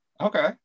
okay